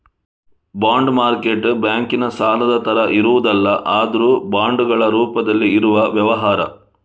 bond market ಬ್ಯಾಂಕಿನ ಸಾಲದ ತರ ಇರುವುದಲ್ಲ ಆದ್ರೂ ಬಾಂಡುಗಳ ರೂಪದಲ್ಲಿ ಇರುವ ವ್ಯವಹಾರ